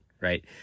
right